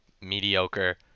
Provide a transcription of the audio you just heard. mediocre